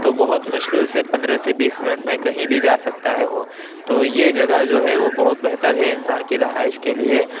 تو بہت مشکل سے پندرہ سے بیس منٹ میں کہیں بھی جا سکتا ہے وہ تو یہ جگہ جو ہے وہ بہت بہتر ہے انسان کی رہائش کے لیے